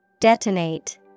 Detonate